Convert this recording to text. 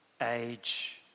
age